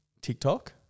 TikTok